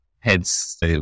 Heads